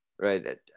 Right